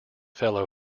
fellow